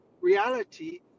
reality